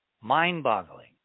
Mind-boggling